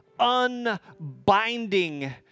Unbinding